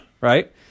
right